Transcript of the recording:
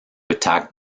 attack